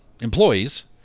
employees